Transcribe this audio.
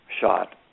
shot